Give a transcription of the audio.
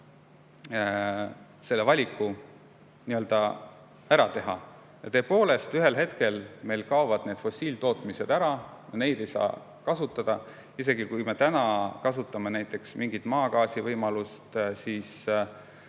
selle valiku ära teha. Tõepoolest, ühel hetkel meil kaovad fossiiltootmised ära ja neid ei saa kasutada. Isegi kui me täna kasutame näiteks mingeid maagaasi võimalusi, siis